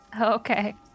okay